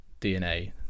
DNA